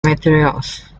materials